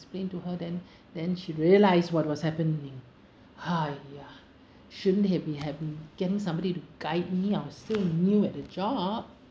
explained to her then then she realised what was happening !haiya! shouldn't she be have getting somebody to guide me you I was still new at a job